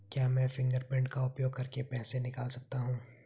क्या मैं फ़िंगरप्रिंट का उपयोग करके पैसे निकाल सकता हूँ?